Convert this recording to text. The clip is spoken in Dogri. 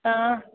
हां